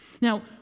Now